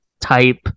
type